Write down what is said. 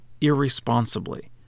irresponsibly